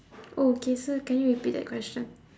okay sir can you repeat that question